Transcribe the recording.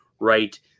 right